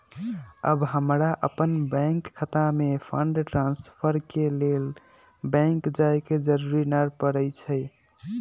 अब हमरा अप्पन बैंक खता में फंड ट्रांसफर के लेल बैंक जाय के जरूरी नऽ परै छइ